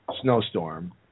snowstorm